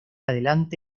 adelante